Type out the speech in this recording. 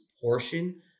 portion